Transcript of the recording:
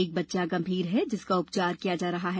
एक बच्चा गंभीर है जिसका उपचार किया जा रहा है